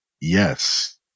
Yes